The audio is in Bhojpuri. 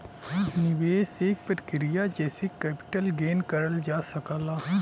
निवेश एक प्रक्रिया जेसे कैपिटल गेन करल जा सकला